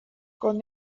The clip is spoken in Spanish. con